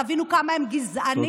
תבינו כמה הם גזענים.